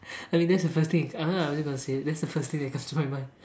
I mean that's the first thing I'm really gonna say it that's the first thing that comes to my mind